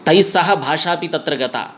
तैस्सह भाषा अपि तत्र गता